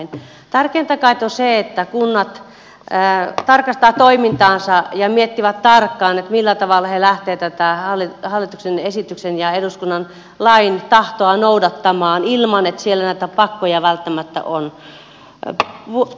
tärkeintä kait on se että kunnat tarkastavat toimintaansa ja miettivät tarkkaan millä tavalla he lähtevät tätä hallituksen esityksen ja eduskunnan lain tahtoa noudattamaan ilman että siellä näitä pakkoja välttämättä on